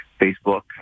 Facebook